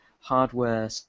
hardware